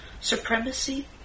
supremacy